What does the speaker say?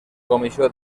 comissió